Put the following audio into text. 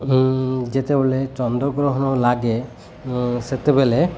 ଯେତେବେଳେ ଚନ୍ଦ୍ରଗ୍ରହଣ ଲାଗେ ସେତେବେଲେ